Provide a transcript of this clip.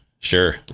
Sure